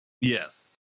yes